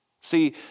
see